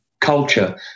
culture